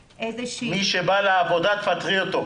מי שבא לעבודה, תפטרי אותו.